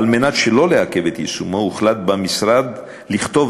על מנת שלא לעכב את יישומו הוחלט במשרד לכתוב